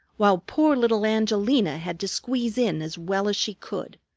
while poor little angelina had to squeeze in as well as she could.